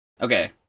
Okay